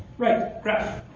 write graph.